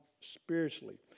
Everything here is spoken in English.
spiritually